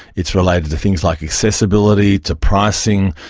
it's related to things like accessibility, to pricing,